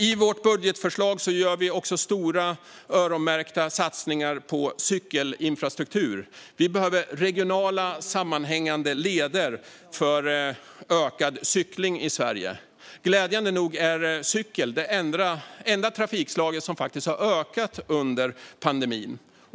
I vårt budgetförslag gör vi också stora öronmärkta satsningar på cykelinfrastruktur. Vi behöver regionala sammanhängande leder för ökad cykling i Sverige. Glädjande nog är cykel det enda trafikslag som faktiskt har ökat under pandemin.